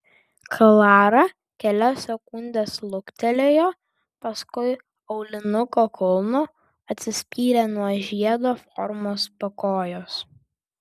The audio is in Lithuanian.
klara kelias sekundes luktelėjo paskui aulinuko kulnu atsispyrė nuo žiedo formos pakojos